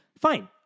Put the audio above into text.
Fine